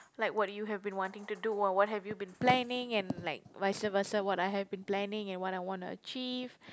like what do you have been wanting to do what what have you been planning and like vice versa what I have been planning and what I want to achieve